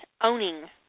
owning